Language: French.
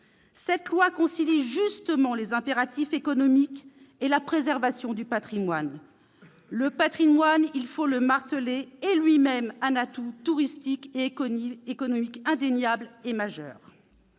Cette loi concilie justement les impératifs économiques et la préservation du patrimoine. Le patrimoine, il faut le marteler, est en lui-même un atout touristique et économique majeur